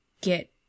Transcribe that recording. get